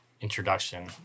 introduction